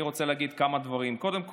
קודם כול,